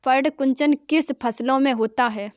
पर्ण कुंचन किन फसलों में होता है?